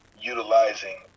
utilizing